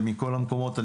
ומכל המקומות,